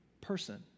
person